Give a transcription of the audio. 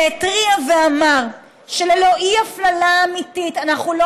שהתריע ואמר שללא אי-הפללה אמיתית אנחנו לא